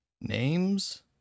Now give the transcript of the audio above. names